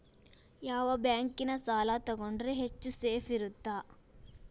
ಯಾವ ಬ್ಯಾಂಕಿನ ಸಾಲ ತಗೊಂಡ್ರೆ ಹೆಚ್ಚು ಸೇಫ್ ಇರುತ್ತಾ?